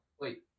wait